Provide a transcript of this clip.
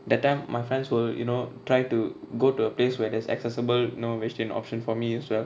that time my friends were you know tried to go to a place where there's accessible you know vegetarian options for me as well